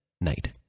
night